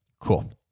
cool